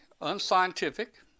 unscientific